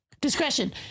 discretion